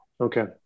Okay